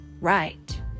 Right